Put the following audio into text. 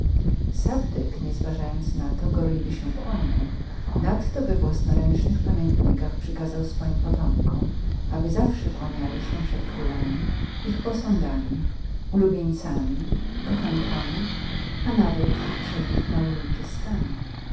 sabdek nie zważając na to gorliwie się kłaniał nadto we własnoręcznych pamiętnikach przykazał swoim potomkom aby zawsze kłaniali się przed królami ich posągami ulubieńcami kochankami a nawet przed ich małemi pieskami